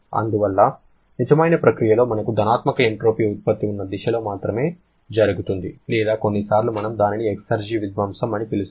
అందువల్ల నిజమైన ప్రక్రియలో మనకు ధనాత్మక ఎంట్రోపీ ఉత్పత్తి ఉన్న దిశలో మాత్రమే జరుగుతుంది లేదా కొన్నిసార్లు మనం దానిని ఎక్సర్జి విధ్వంసం అని పిలుస్తాము